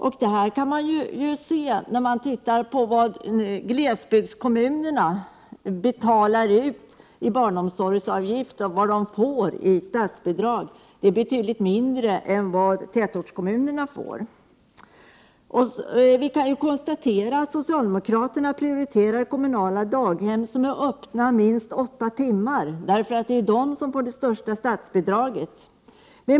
Om man ser till glesbygdskommunerna och deras kostnad för barnomsorg i relation till hur mycket de får i statsbidrag, är statsbidraget för glesbygdskommunerna betydligt mindre än för tätortskommunerna. Socialdemokraterna prioriterar kommunala daghem som är öppna minst åtta timmar, och därför är det dessa daghem som får det största statsbidraget.